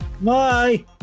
Bye